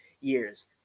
years